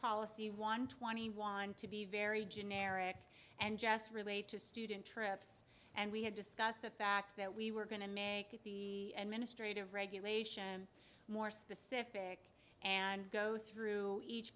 policy one twenty one to be very generic and jess relate to student trips and we had discussed the fact that we were going to make the administrators regulation more specific and go through each